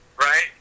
right